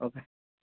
okay